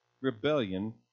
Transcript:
rebellion